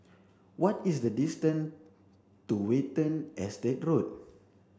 what is the distance to Watten Estate Road